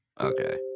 Okay